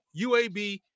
UAB